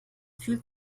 fühlt